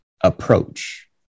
approach